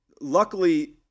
luckily